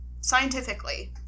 scientifically